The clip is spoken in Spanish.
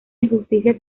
injusticia